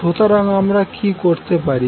সুতরাং আমরা কি করতে পারি